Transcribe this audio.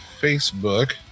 Facebook